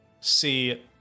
see